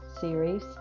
series